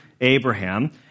Abraham